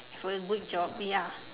for a good job ya